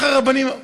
ככה הרבנים אמרו.